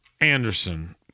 Anderson